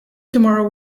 tomorrow